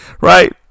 right